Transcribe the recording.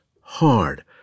hard